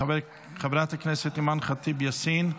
חברת הכנסת אימאן ח'טיב יאסין,